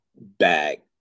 bag